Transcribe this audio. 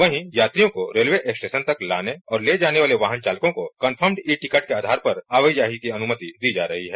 वहीं यात्रियों को रेलवे स्टेशन तक लाने और ले जाने वाले वाहन चालकों को कंफर्म ई टिकट के आधार पर आवाजाही की अनुमति दी जा रही है